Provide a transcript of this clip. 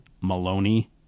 Maloney